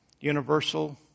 universal